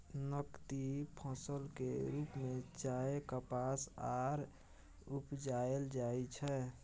नकदी फसल के रूप में चाय, कपास आर उपजाएल जाइ छै